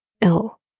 ill